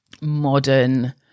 modern